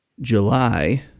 July